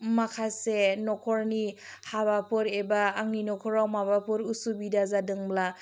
माखासे नखरनि हाबाफोर एबा आंनि नखराव माबाफोर उसुबिदा जादोंब्ला